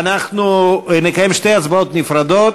אנחנו נקיים שתי הצבעות נפרדות.